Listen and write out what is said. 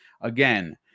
Again